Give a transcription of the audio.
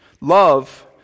Love